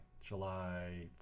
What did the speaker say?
July